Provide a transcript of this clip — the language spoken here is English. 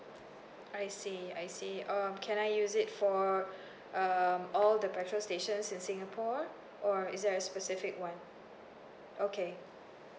I see I see um can I use it for um all the petrol stations in singapore or is there a specific one okay